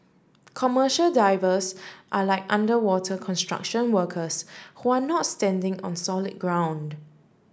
commercial divers are like underwater construction workers who are not standing on solid ground